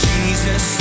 Jesus